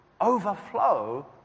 overflow